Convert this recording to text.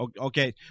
Okay